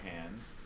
hands